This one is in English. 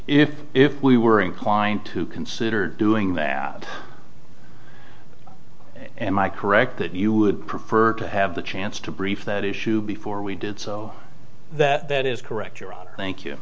if if we were inclined to consider doing that and i correct that you would prefer to have the chance to brief that issue before we did so that that is correct your honor thank you